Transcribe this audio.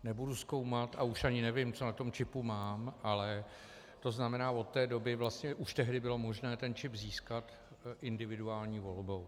Nebudu zkoumat a už ani nevím, co na tom čipu mám, ale to znamená od té doby, už tehdy bylo možné ten čip získat individuální volbou.